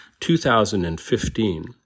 2015